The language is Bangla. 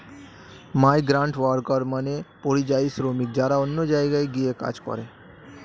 মাইগ্রান্টওয়ার্কার মানে পরিযায়ী শ্রমিক যারা অন্য জায়গায় গিয়ে কাজ করে